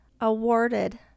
awarded